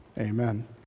Amen